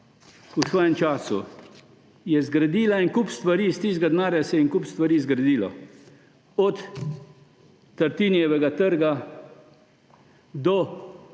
v svojem času je zgradila en kup stvari. Iz tistega denarja se je en kup stvari zgradilo, od Tartinijevega trga do obnove